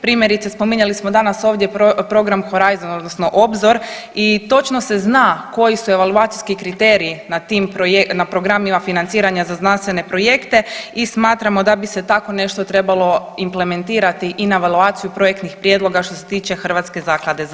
Primjerice, spominjali smo danas ovdje program „Horizon“ odnosno Obzor i točno se zna koji su evaluacijski kriteriji na tim programima financiranja za znanstvene projekte i smatramo da bi se takvo nešto trebalo implementirati i na evaluaciju projektnih prijedloga što se tiče HRZZ.